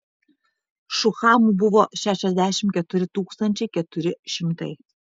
šuhamų buvo šešiasdešimt keturi tūkstančiai keturi šimtai